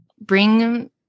bring